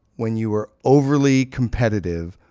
when you were overly competitive.